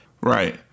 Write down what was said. right